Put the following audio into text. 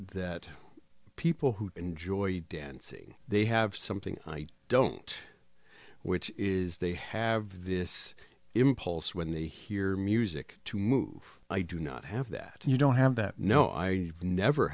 that people who enjoy dancing they have something i don't which is they have this impulse when they hear music to move i do not have that you don't have that no i never